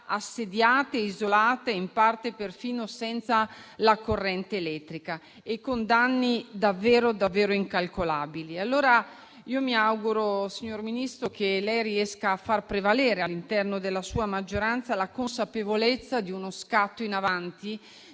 assediate e isolate, in parte perfino senza la corrente elettrica e con danni davvero incalcolabili. Io mi auguro, signor Ministro, che lei riesca a far prevalere, all'interno della sua maggioranza, la consapevolezza di uno scatto in avanti,